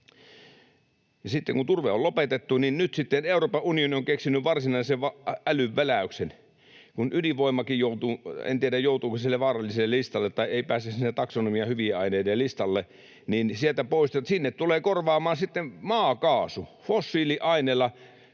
Sitten kun turve on lopetettu, niin nyt sitten Euroopan unioni on keksinyt varsinaisen älynväläyksen. En tiedä, joutuuko ydinvoimakin sille vaaralliselle listalle, tai kun se ei pääse sinne taksonomian hyvien aineiden listalle, [Petri Hurun välihuuto] niin sinne tulee korvaamaan sitten maakaasu. Fossiiliaineella